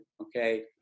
okay